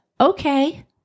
Okay